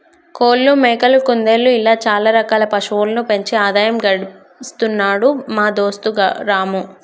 కోళ్లు మేకలు కుందేళ్లు ఇలా చాల రకాల పశువులను పెంచి ఆదాయం గడిస్తున్నాడు మా దోస్తు రాము